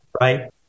right